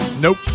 Nope